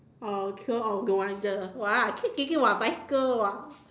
oh okay oh no wonder !wah! I keep thinking !wah! bicycle !wah!